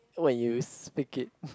when you speak it